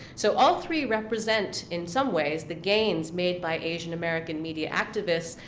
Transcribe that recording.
so all three represent in some ways the gains made by asian american media activists,